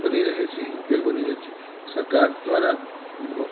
બની રહે છે ઉપયોગ બની રહે છે સરકાર દ્વારા